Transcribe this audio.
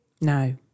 No